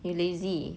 you lazy